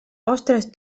ostres